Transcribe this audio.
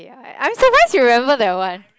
ya I'm surprised you remember that one